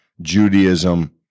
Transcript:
Judaism